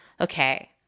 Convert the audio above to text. okay